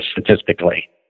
statistically